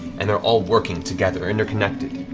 and they're all working together, interconnected.